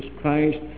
christ